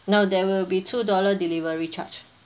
no there will be two dollar delivery charge